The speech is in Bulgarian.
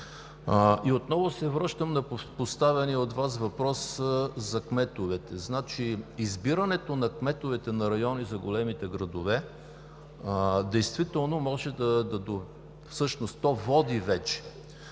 Отново се връщам на поставения от Вас въпрос за кметовете. Избирането на кметовете на райони за големите градове действително води вече